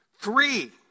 Three